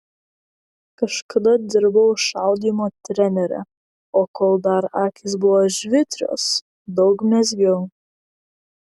kažkada dirbau šaudymo trenere o kol dar akys buvo žvitrios daug mezgiau